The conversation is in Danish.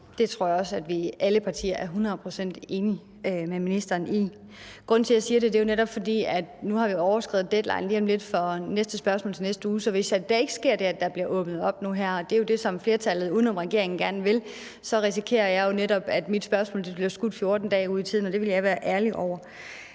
Det tror jeg også alle partier er hundrede procent enig med ministeren i. Grunden til, at jeg siger det, er netop, at lige om lidt har vi overskredet deadline for spørgsmål til næste uge, så hvis der ikke sker det, at der bliver åbnet op nu – det er jo det, som flertallet uden om regeringen gerne vil – så risikerer jeg jo netop, at mine spørgsmål bliver skudt 14 dage ud i tiden, og det vil jeg være ærgerlig over.